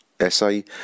essay